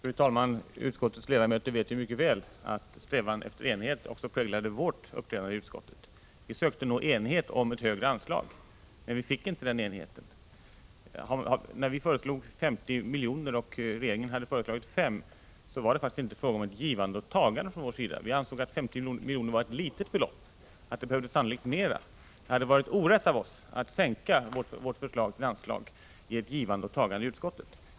Fru talman! Utskottets ledamöter vet mycket väl att strävan efter enighet också präglade vårt uppträdande i utskottet. Vi sökte nå enighet om ett högre anslag, men vi nådde inte denna enighet. När regeringen hade föreslagit 5 och vi föreslog 50 miljoner var vi knappast hågade för ett givande och tagande. Vi ansåg att 50 miljoner var ett litet belopp och att det sannolikt behövdes mer pengar. Det hade varit orätt av oss att sänka vårt förslag till ett lägre anslag i ett givande och tagande i utskottet.